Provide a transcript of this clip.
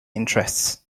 interests